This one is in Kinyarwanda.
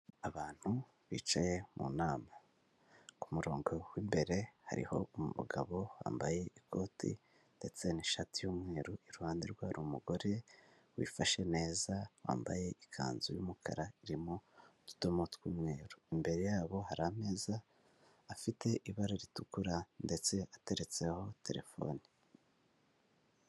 Abantu bicaye mu nama, ku murongo w'imbere hariho umugabo wambaye ikoti ndetse n'ishati y'umweru, iruhande rwe hari umugore wifashe neza wambaye ikanzu y'umukara irimo utudomo tw'umweru, imbere yabo hari ameza afite ibara ritukura ndetse ateretseho telefone.